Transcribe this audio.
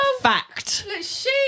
fact